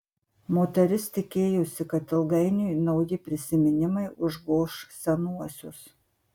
moteris tikėjosi kad ilgainiui nauji prisiminimai užgoš senuosius